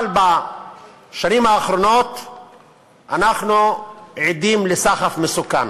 אבל בשנים האחרונות אנחנו עדים לסחף מסוכן.